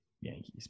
Yankees